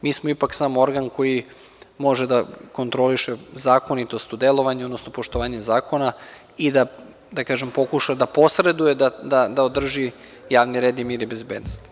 Mi smo ipak samo organ koji može da kontroliše zakonitost u delovanju, odnosno poštovanje zakona i da, da kažem, pokuša da posreduje da održi javni red i mir i bezbednost.